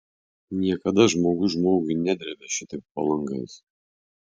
niekada žmogus žmogui nedrėbė šitaip po langais